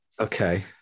Okay